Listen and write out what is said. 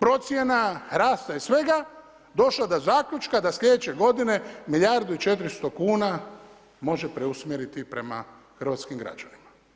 procjena, rasta i svega, došla do zaključka da slijedeće godine milijardu i 400 kuna može preusmjeriti prema hrvatskim građanima.